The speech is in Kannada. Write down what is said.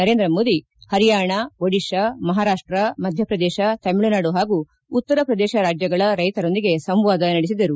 ಪ್ರಧಾನಮಂತ್ರಿ ಮೋದಿ ಪರಿಯಾಣ ಒಡಿಶಾ ಮಹಾರಾಷ್ನ ಮಧ್ವಪ್ರದೇಶ ತಮಿಳುನಾಡು ಹಾಗೂ ಉತ್ತರ ಪ್ರದೇಶ ರಾಜ್ವಗಳ ರೈತರೊಂದಿಗೆ ಸಂವಾದ ನಡೆಸಿದರು